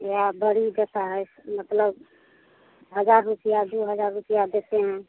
या भरी देता है मतलब हज़ार रुपया दो हज़ार रुपया देते हैं